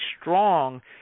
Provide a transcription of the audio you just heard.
strong